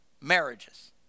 marriages